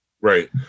Right